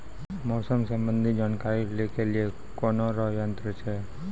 मौसम संबंधी जानकारी ले के लिए कोनोर यन्त्र छ?